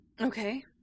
Okay